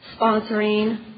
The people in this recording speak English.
sponsoring